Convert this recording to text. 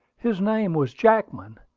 his name was jackman,